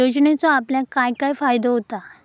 योजनेचो आपल्याक काय काय फायदो होता?